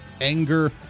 anger